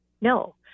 No